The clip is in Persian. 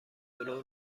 جلو